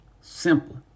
Simple